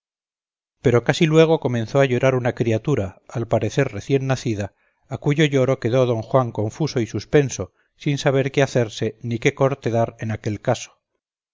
pero casi luego comenzó á llorar una criatura al parecer recien nacida a cuyo lloro quedó don juan confuso y suspenso sin saber que hacerse ni que corte dar en aquel caso